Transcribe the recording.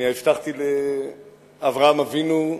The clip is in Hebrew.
אני הבטחתי לאברהם אבינו: